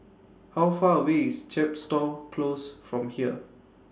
How Far away IS Chepstow Close from here